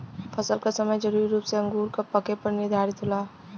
फसल क समय जरूरी रूप से अंगूर क पके पर निर्धारित होला